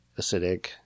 acidic